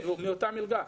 מאותה מלגה?